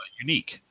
Unique